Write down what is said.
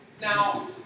Now